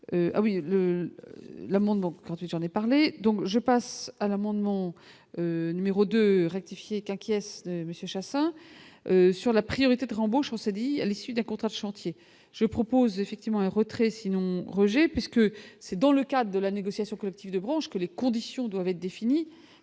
le l'amendement quand il y en ait parlé, donc je passe à l'amendement numéro de rectifier qu'inquiet Monsieur Chassaing sur la priorité de réembauche en CDI à l'issue d'un contrat chantier je propose effectivement un retrait sinon Roger puisque c'est dans le cadre de la négociation collective, de branche que les conditions doivent être définies